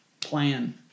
plan